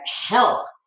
help